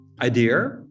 idea